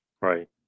Right